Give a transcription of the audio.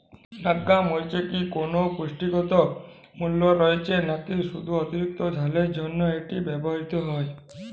নাগা মরিচে কি কোনো পুষ্টিগত মূল্য রয়েছে নাকি শুধু অতিরিক্ত ঝালের জন্য এটি ব্যবহৃত হয়?